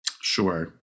Sure